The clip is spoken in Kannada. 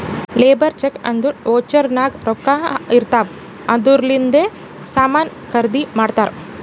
ಲೇಬರ್ ಚೆಕ್ ಅಂದುರ್ ವೋಚರ್ ನಾಗ್ ರೊಕ್ಕಾ ಇರ್ತಾವ್ ಅದೂರ್ಲಿಂದೆ ಸಾಮಾನ್ ಖರ್ದಿ ಮಾಡ್ತಾರ್